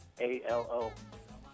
A-L-O